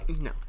No